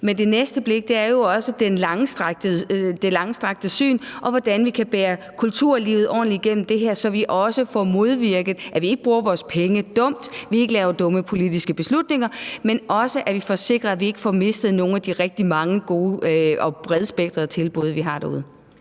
men noget andet er det langstrakte syn, i forhold til hvordan vi kan bære kulturlivet ordentligt igennem det her, så vi får bevirket, at vi ikke bruger vores penge dumt, at vi ikke laver dumme politiske beslutninger, men også at vi får sikret, at vi ikke mister nogle af de rigtig mange gode og bredspektrede tilbud, vi har derude.